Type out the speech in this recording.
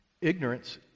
Ignorance